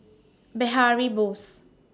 Behari Bose